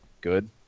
good